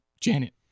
Janet